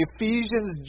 Ephesians